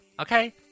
Okay